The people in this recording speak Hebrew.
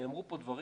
נאמרו פה דברים,